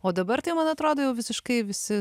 o dabar tai man atrodo jau visiškai visi